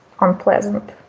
unpleasant